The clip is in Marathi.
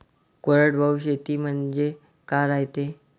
कोरडवाहू शेती म्हनजे का रायते?